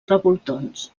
revoltons